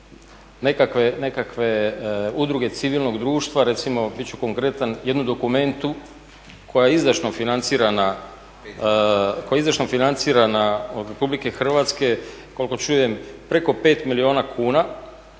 nekakve udruge civilnog društva recimo bit ću konkretan jednu "Dokumentu" koja izdašno financirana od RH koliko čujemo preko 5 milijuna kuna.